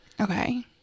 Okay